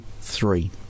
three